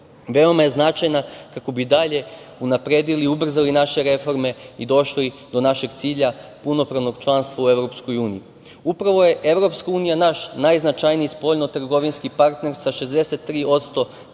veoma je značajna kako bi dalje unapredili i ubrzali naše reforme i došli do našeg cilja – punopravnog članstva u Evropskoj uniji. Upravo je Evropska unija naš najznačajniji spoljnotrgovinski partner sa 63%